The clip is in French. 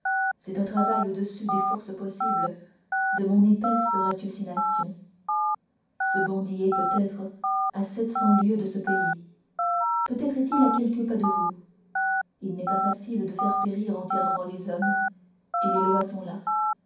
est un travail au-dessus des forces possibles de mon épaisse ratiocination ce bandit est peut-être à sept cents lieues de ce pays peut-être il est à quelques pas de vous il n'est pas facile de faire périr entièrement les hommes et les lois sont là